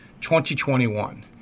2021